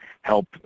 help